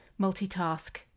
multitask